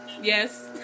Yes